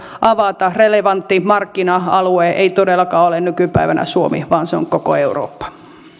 avata relevantti markkina alue ei todellakaan ole nykypäivänä suomi vaan se on koko eurooppa